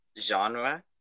genre